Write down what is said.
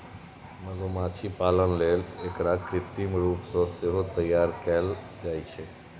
मधुमाछी पालन लेल एकरा कृत्रिम रूप सं सेहो तैयार कैल जाइ छै